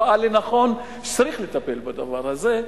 ראה לנכון שצריך לטפל בדבר הזה,